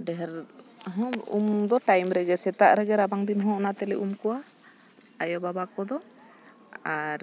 ᱰᱷᱮᱹᱨ ᱦᱚᱸ ᱩᱢ ᱫᱚ ᱴᱟᱭᱤᱢ ᱨᱮᱜᱮ ᱥᱮᱛᱟᱜ ᱨᱮᱜᱮ ᱨᱟᱵᱟᱝ ᱫᱤᱱ ᱦᱚᱸ ᱚᱱᱟ ᱛᱮᱞᱮ ᱩᱢ ᱠᱚᱣᱟ ᱟᱭᱳ ᱵᱟᱵᱟ ᱠᱚᱫᱚ ᱟᱨ